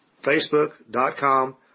Facebook.com